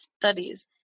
studies